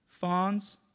Fawns